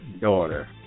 daughter